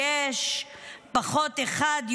יש פחות אחד,